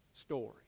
story